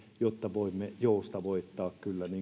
jotta voimme joustavoittaa